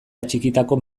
atxikitako